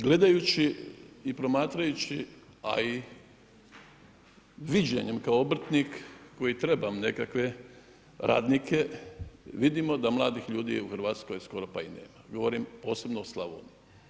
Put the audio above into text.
Gledajući i promatrajući, a i viđenjem kao obrtnik koji trebamo nekakve radnike vidimo da mladih ljudi u Hrvatskoj skoro pa i nema, govorim osobno o Slavoniji.